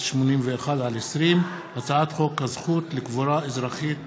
פ/4481/20 וכלה בהצעת חוק פ/4596/20: הצעת חוק הזכות לקבורה אזרחית